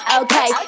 okay